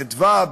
בחדווה,